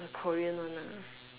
the Korea one ah